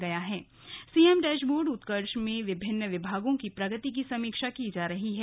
आपको बता दें कि सीएम डैशबोर्ड उत्कर्ष में विभिन्न विभागों की प्रगति की समीक्षा की जा रही है